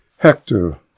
Hector